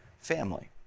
family